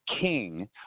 king